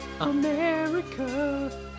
America